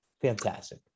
Fantastic